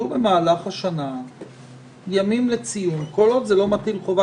במהלך השנה ימים לציון, כל עוד זה לא חובה.